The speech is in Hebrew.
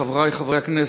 חברי חברי הכנסת,